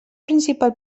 principal